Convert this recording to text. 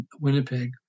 Winnipeg